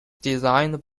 designed